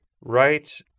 right